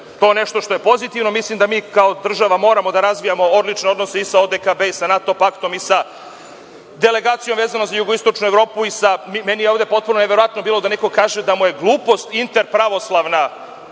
je to nešto što je pozitivno. Mislim da mi kao država moramo da razvijamo odlične odnose i sa ODKB i sa NATO paktom i sa delegacijom vezano za jugoistočnu Evropu. Meni ovde je potpuno neverovatno bilo da neko kaže da mu je glupost interpravoslavna